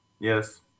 Yes